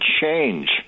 change